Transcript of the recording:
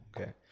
Okay